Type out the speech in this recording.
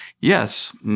yes